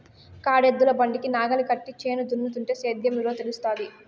కాడెద్దుల బండికి నాగలి కట్టి చేను దున్నుతుంటే సేద్యం విలువ తెలుస్తాది